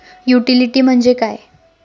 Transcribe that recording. Utility म्हणजे काय?